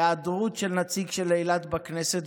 בהיעדרות של נציג אילת בכנסת,